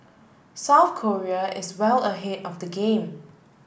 South Korea is well ahead of the game